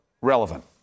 relevant